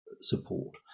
support